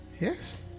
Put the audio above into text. Yes